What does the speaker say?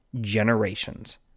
generations